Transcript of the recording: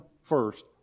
first